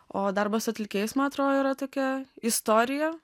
o darbas su atlikėjais man atrodo yra tokia istorija